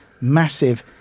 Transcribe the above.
massive